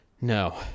No